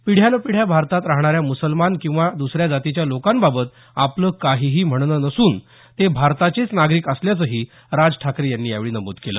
पिढ्यांपिढ्या भारतात राहणाऱ्या मुसलमान किंवा दुसऱ्या जातीच्या लोकांबाबत आपलं काहीही म्हणणं नसून ते भारताचेच नागरीक असल्याचंही राज ठाकरे यांनी यावेळी नमूद केलं